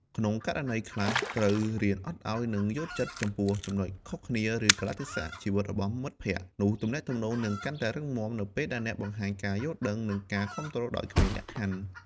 ក្នុងករណីខ្លះ ត្រូវរៀនអត់ឱន និងយល់ចិត្តចំពោះចំណុចខុសគ្នា ឬកាលៈទេសៈជីវិតរបស់មិត្តភក្តិ នោះទំនាក់ទំនងនឹងកាន់តែរឹងមាំនៅពេលអ្នកបង្ហាញការយល់ដឹង និងការគាំទ្រដោយគ្មានលក្ខខណ្ឌ។